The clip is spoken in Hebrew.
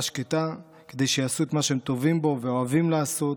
שקטה כדי שיעשו את מה שהם טובים בו ואוהבים לעשות.